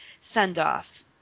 send-off